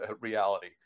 reality